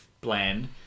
bland